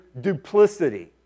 duplicity